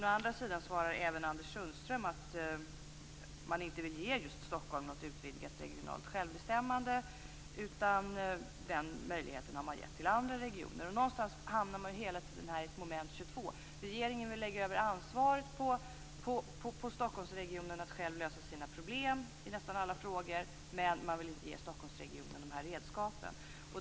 Å andra sidan svarar även Anders Sundström att man inte vill ge just Stockholm något utvidgat regionalt självbestämmande, utan den möjligheten har man gett till andra regioner. Man hamnar här hela tiden i moment 22. Regeringen vill lägga över ansvaret på Stockholmsregionen att själv lösa sina problem i nästan alla frågor. Men man vill inte ge Stockholmsregionen redskapen.